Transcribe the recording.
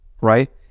right